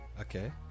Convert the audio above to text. okay